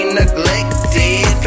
neglected